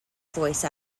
voice